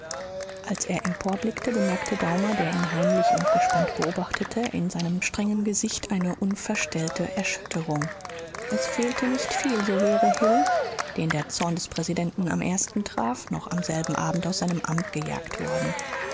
als er emporblickte bemerkte daumer der ihn heimlich und gespannt beobachtete in seinem strengen gesicht eine unverstellte erschütterung es fehlte nicht viel so wäre hill den der zorn